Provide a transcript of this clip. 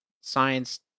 science